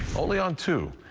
only on two,